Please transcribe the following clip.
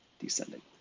descending.